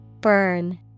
Burn